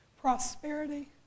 prosperity